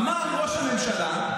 אמר ראש הממשלה,